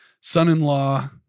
son-in-law